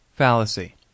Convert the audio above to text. Fallacy